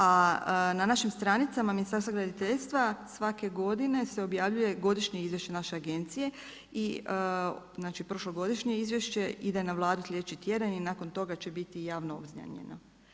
A na našim stranicama Ministarstva graditeljstva svake godine se objavljuje godišnje izvješće naše agencije i prošlogodišnje izvješće ide na Vladu sljedeći tjedan i nakon toga će biti javno obznanjeno.